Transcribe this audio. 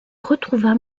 retrouva